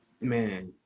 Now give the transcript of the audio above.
man